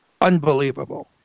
unbelievable